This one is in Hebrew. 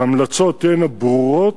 ההמלצות תהיינה ברורות,